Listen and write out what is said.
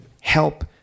help